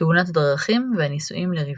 תאונת הדרכים והנישואים לריברה".